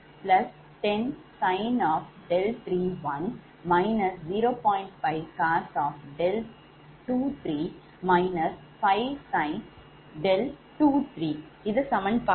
5cos𝛿23−5sin𝛿23 இது சமன்பாடு 10